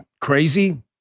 crazy